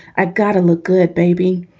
i gotta look good, baby.